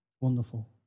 Wonderful